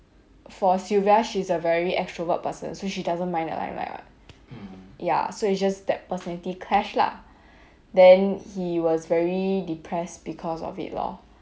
for sylvia she's a very extrovert person so she doesn't mind the limelight what ya so it's just that personality clash lah then he was very depressed because of it lor